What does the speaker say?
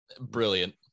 brilliant